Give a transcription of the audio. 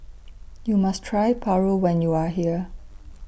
YOU must Try Paru when YOU Are here